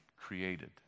created